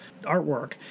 artwork